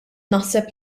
naħseb